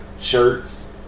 shirts